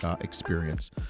experience